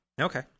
Okay